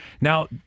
Now